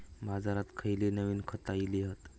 बाजारात खयली नवीन खता इली हत?